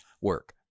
work